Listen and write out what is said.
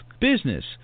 business